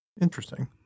interesting